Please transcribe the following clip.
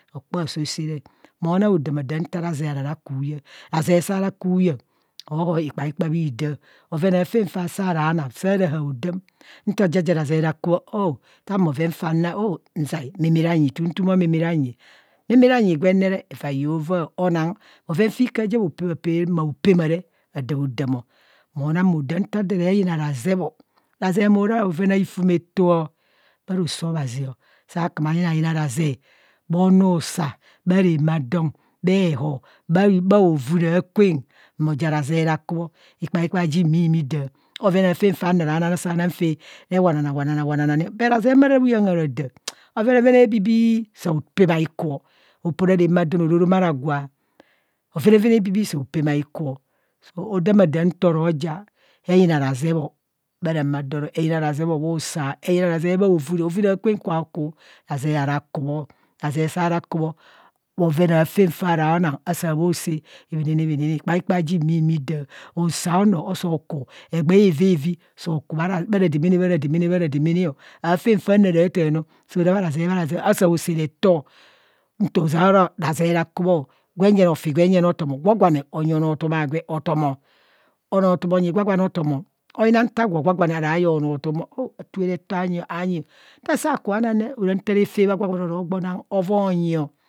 Rokpe aaso sa re, mo na odamadam nta razee ara ra ku huyeng, razee saara ku huyeng, hoohoo ikpae kpa bho hidaa, bho aven faa saara na saara hao- dem, nto ja ja razee ra ku bho o, taan bhoven faa naa, o nzai meme ranyi, tumtumbho meme ranyi meme ranyi gwen ne re hevai hoovaa, anang bhoven fikaa ja bhopee bhapee maopema re adoa damo moo na mo dam nta ade re yina razeebo. Raze mora bhoven aifumatoa bha roso abhazi o, saa ka ma yina yina razee bho onu usa, bha ramaadon, bhe hob, bho o vune a kwen, mo ja razee ra ku bho, ikpaikpa jin bhimi daa, bhoven aatem faa na ra na noo, asaa no faa re wanana wanana wanano ni, but razee maa ra huyeng haa raa, bhovenevene hebibii saa bho pema hiiku ọ opora ramaadon ora orom araa gwa bhovene vene hebibii saa bho pema hikuọ. Odam adam nto ro ja eyina razeebọ, ramaadon, eyina razeebọ bhusa, eyina razee bha hovune, hovune akwem kwa oku razee hara ku bho, razee saa ra ku bho, bhoven aafen faa ra na, asaa bho saa bhinini, bhinini ikpaikpo ajin bhimi daa, usen ọnọ isoo ku egbee wavi soo ku bha radaamana bha radaamana, bha radaamana o, aafan fa no ara taa no soo ra bha razee bha razee asaa reto nto zeara razee ra ku bho gwen je ne ofi gwen jene otom gwagwane otom. Oyina nta agwo gwane aara yee onoo tum bho. O, a tue neto aanyi nta saa kuba na re, ara nta ref bho agwa gwane oro avaa onyio